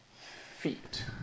Feet